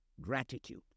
gratitude